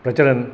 प्रचलन्